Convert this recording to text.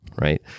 right